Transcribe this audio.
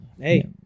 Hey